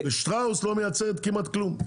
ושטראוס לא מייצרת כמעט כלום.